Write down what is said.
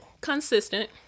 consistent